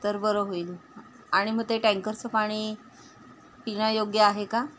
तर बरं होईल आणि मग ते टँकरचं पाणी पिण्यायोग्य आहे का